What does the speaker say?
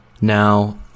Now